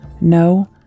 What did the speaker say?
No